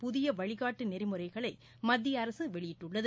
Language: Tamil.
புதியவழிகாட்டுநெறிமுறைகளைமத்திய அரசுவெளியிட்டுள்ளது